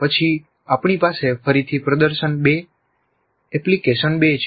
પછી આપણી પાસે ફરીથી પ્રદર્શન 2 એપ્લિકેશન 2 છે